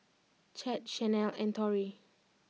Chet Shanell and Torey